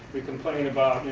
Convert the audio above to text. we complain about